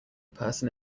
person